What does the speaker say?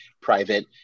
private